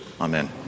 Amen